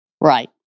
Right